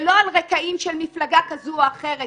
ולא על רקעים של מפלגה כזו או אחרת.